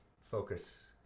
focus